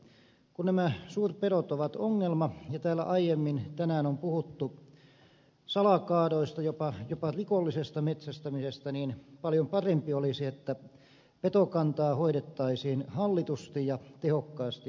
kun nämä suurpedot ovat ongelma ja täällä aiemmin tänään on puhuttu salakaadoista jopa rikollisesta metsästämisestä paljon parempi olisi että petokantaa hoidettaisiin hallitusti ja tehokkaasti